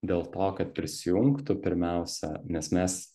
dėl to kad prisijungtų pirmiausia nes mes